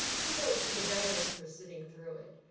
kudos to the veterans for sitting through it,